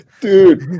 Dude